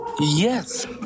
Yes